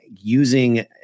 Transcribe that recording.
using